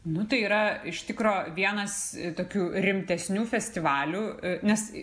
nu tai yra iš tikro vienas tokių rimtesnių festivalių nes